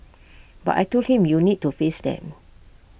but I Told him you need to face them